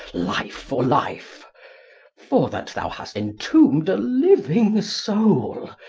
life for life for that thou hast entombed a living soul,